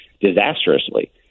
disastrously